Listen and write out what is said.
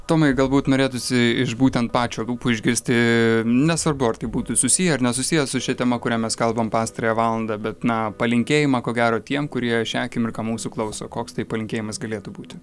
tomai galbūt norėtųsi iš būtent pačio lūpų išgirsti nesvarbu ar tai būtų susiję ar nesusiję su šia tema kuria mes kalbam pastarąją valandą bet na palinkėjimą ko gero tiem kurie šią akimirką mūsų klauso koks tai palinkėjimas galėtų būti